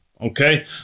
Okay